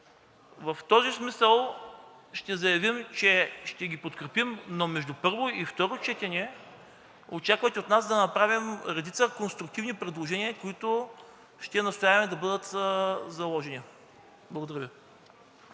в този смисъл ще заявим, че ще ги подкрепим, но между първо и второ четене очаквайте от нас да направим редица конструктивни предложения, които ще настояваме да бъдат заложени. Благодаря Ви.